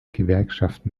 gewerkschaften